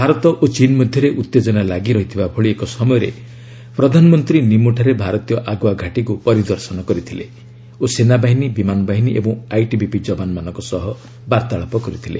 ଭାରତ ଓ ଚୀନ୍ ମଧ୍ୟରେ ଉତ୍ତେଜନା ଲାଗି ରହିଥିବା ଭଳି ଏକ ସମୟରେ ପ୍ରଧାନମନ୍ତ୍ରୀ ନିମୋ ଠାରେ ଭାରତୀୟ ଆଗୁଆ ଘାଟୀକୁ ପରିଦର୍ଶନ କରିଥିଲେ ଓ ସେନାବାହିନୀ ବିମାନ ବାହିନୀ ଏବଂ ଆଇଟିବିପି ଯବାନମାନଙ୍କ ସହ ବାର୍ଭାଳାପ କରିଥିଲେ